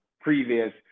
previous